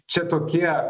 čia tokie